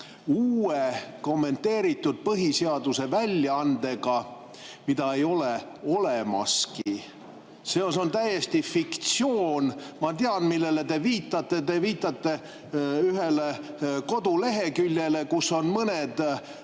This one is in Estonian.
uue kommenteeritud põhiseaduse väljaandega, mida ei ole olemaski. See on täiesti fiktsioon. Ma tean, millele te viitate. Te viitate ühele koduleheküljele, kus on mõned